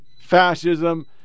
fascism